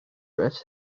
riffs